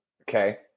Okay